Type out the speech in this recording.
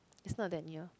it's not that near